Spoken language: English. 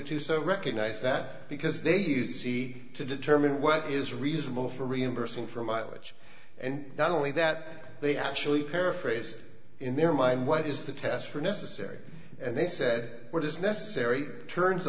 catoosa recognize that because they do see to determine what is reasonable for reimbursement for mileage and not only that they actually paraphrase in their mind what is the test for necessary and they said what is necessary turns